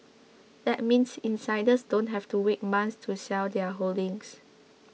that means insiders don't have to wait months to sell their holdings